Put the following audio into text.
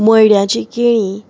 मयड्याची केळी